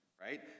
Right